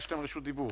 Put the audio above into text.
בבקשה.